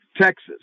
texas